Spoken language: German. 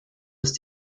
ist